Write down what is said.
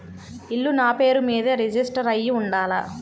ఇల్లు నాపేరు మీదే రిజిస్టర్ అయ్యి ఉండాల?